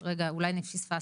רגע, אולי אני פספסתי.